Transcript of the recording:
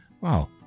Wow